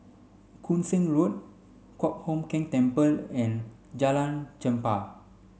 Koon Seng Road Kong Hock Keng Temple and Jalan Chempah